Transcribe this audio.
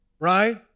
right